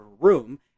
room